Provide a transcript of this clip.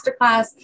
masterclass